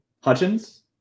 Hutchins